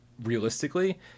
realistically